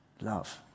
love